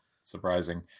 surprising